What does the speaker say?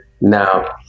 now